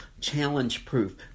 challenge-proof